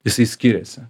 jisai skiriasi